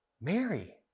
Mary